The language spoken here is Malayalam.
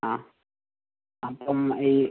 ആ അപ്പോൾ ഈ